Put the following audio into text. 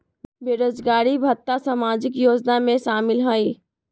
बेरोजगारी भत्ता सामाजिक योजना में शामिल ह ई?